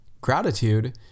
gratitude